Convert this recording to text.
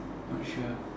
not sure